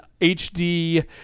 HD